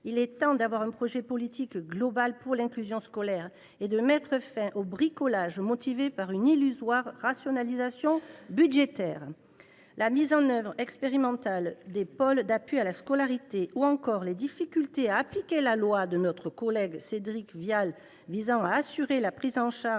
il est temps d’avoir un projet politique global pour l’inclusion scolaire et de mettre fin au bricolage motivé par une illusoire rationalisation budgétaire. La mise en œuvre expérimentale des pôles d’appui à la scolarité ou encore les difficultés à appliquer la loi votée sur l’initiative de notre collègue Cédric Vial pour assurer la prise en charge